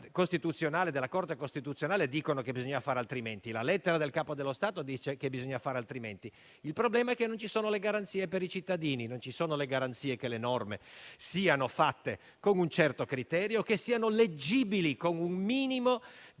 Corte costituzionale dicono che bisogna fare altrimenti e anche la lettera del Capo dello Stato dice che bisogna fare altrimenti. Il problema è che non ci sono garanzie per i cittadini. Non vi è garanzia che le norme siano fatte con un certo criterio, che siano leggibili con un minimo di